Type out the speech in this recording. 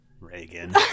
Reagan